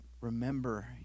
remember